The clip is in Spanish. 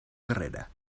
carrera